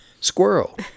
Squirrel